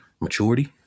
maturity